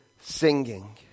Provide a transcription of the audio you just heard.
singing